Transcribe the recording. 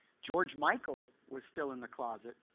george michael was still in the closet,